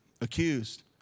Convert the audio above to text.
accused